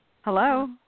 Hello